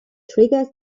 triggers